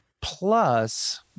plus